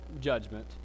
judgment